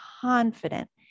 confident